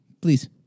please